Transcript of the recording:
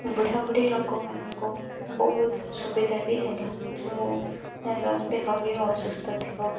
ବୁଢ଼ାବୁଢ଼ୀ ଲୋକମାନଙ୍କୁ ବହୁତ ସୁବିଧା ବି ହେଲା ଯେଉଁ ଯାହାର ଦେହ ବି ଅସୁସ୍ଥ ଥିବ